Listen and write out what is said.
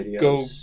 go